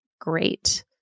great